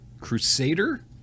Crusader